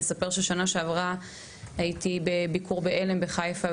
אני אספר שבשנה שעברה הייתי בביקור ב- ׳עלם׳ בחיפה.